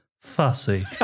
fussy